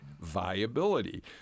viability